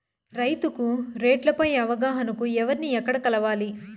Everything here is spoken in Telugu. రైతుకు రేట్లు పై అవగాహనకు ఎవర్ని ఎక్కడ కలవాలి?